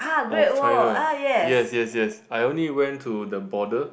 of China yes yes yes I only went to the border